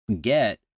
get